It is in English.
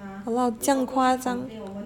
!walao! 这样夸张